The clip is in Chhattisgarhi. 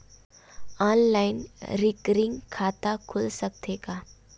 ऑनलाइन रिकरिंग खाता खुल सकथे का?